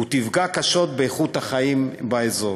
ותפגע קשות באיכות החיים באזור.